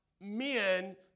men